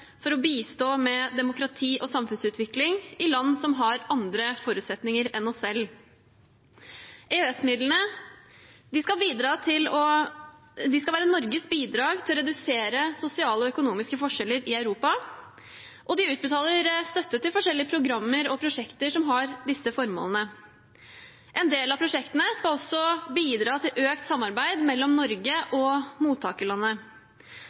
for å bistå med demokrati- og samfunnsutvikling i land som har andre forutsetninger enn oss selv. EØS-midlene skal være Norges bidrag til å redusere sosiale og økonomiske forskjeller i Europa, og de utbetaler støtte til forskjellige programmer og prosjekter som har disse formålene. En del av prosjektene skal også bidra til økt samarbeid mellom Norge og mottakerlandet.